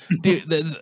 dude